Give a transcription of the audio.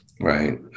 right